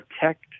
protect